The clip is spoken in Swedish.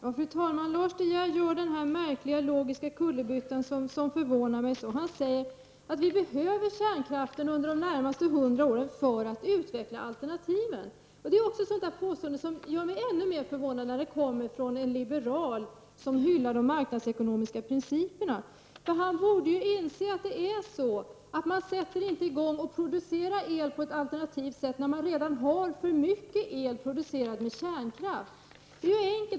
Fru talman! Lars De Geer gör verkligen logisk kullerbytta som förvånar mig. Han säger att vi behöver kärnkraften under de närmaste 100 åren för att utveckla alternativ. Det är ett påstående som gör mig än mer förvånad när det kommer från en liberal som hyllar de marknadsekonomiska principerna. Lars De Geer borde inse att man inte sätter i gång att producera el på ett alternativt sätt när man redan har för mycket el producerad med kärnkraften.